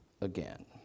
again